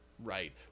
Right